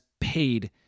paid